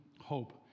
hope